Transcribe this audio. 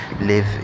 live